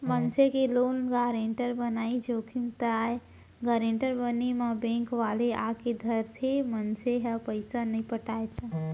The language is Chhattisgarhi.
मनसे के लोन गारेंटर बनई जोखिम ताय गारेंटर बने म बेंक वाले आके धरथे, मनसे ह पइसा नइ पटाय त